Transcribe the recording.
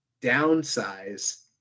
downsize